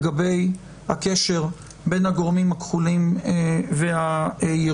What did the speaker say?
לגבי הקשר בין הגורמים הכחולים והירוקים.